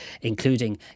including